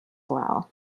well